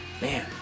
man